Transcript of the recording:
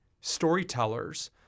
storytellers